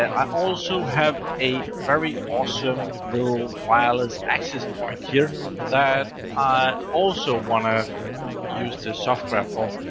i also have a very awesome little wireless access point here that i also want to use the software for.